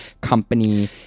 company